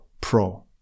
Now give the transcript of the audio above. pro